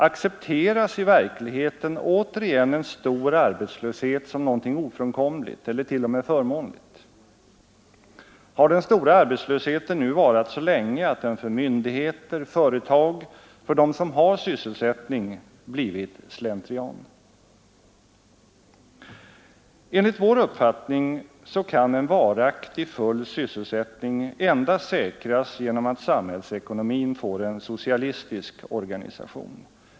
Accepteras i verkligheten återigen en stor arbetslöshet som någonting ofrånkomligt eller t.o.m. förmånligt? Har den stora arbetslösheten nu varat så länge att den för myndigheter, företag och för dem som har sysselsättning blivit slentrian? Enligt vår uppfattning kan en varaktig full sysselsättning endast säkras genom att samhällsekonomin får en socialistisk organisation.